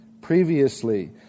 Previously